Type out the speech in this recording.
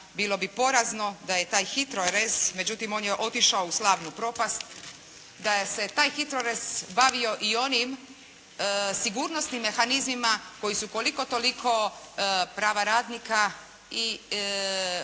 bilo bi porazno da je taj HITRORez međutim on je otišao u slavnu propast. Da se taj HITRORez bavio i onim sigurnosnim mehanizmima koji su koliko toliko prava radnika i prava